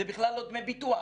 זה בכלל לא דמי ביטוח.